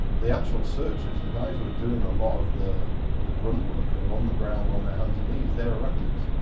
the actual searches, the guys who are doing a lot of the the grunt work, who are on the ground on their hands and knees, they're iraqis.